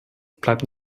bleibt